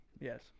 Yes